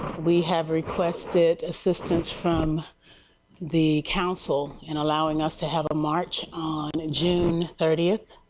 we have requested assistance from the council in allowing us to have a march on june thirtieth.